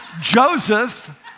Joseph